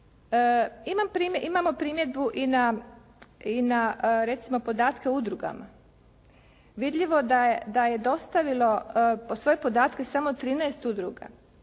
Imamo primjedbu i na recimo podatke o udrugama. Vidljivo da je dostavilo svoje podatke samo 13 udruga.